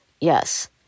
Yes